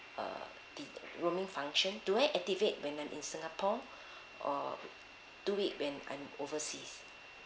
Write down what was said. uh the roaming function do I activate when I'm in singapore or do it when I'm overseas